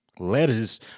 Letters